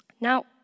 Now